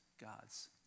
God's